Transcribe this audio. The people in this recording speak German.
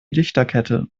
lichterkette